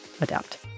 adapt